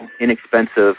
inexpensive